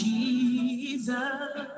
Jesus